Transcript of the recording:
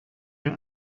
ihr